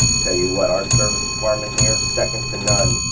tell you what, our service department here, second to none,